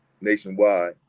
nationwide